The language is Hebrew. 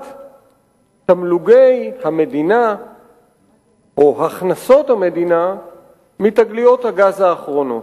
תמלוגי המדינה או הכנסות המדינה מתגליות הגז האחרונות.